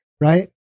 right